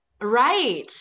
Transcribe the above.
Right